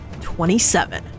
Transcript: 27